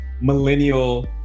millennial